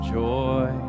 joy